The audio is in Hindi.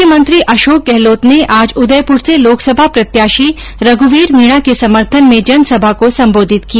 मुख्यमंत्री अशोक गहलोत ने आज उदयप्र से लोकसभा प्रत्याशी रघ्वीर मीणा के समर्थन में जनसभा को सम्बोधित किया